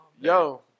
Yo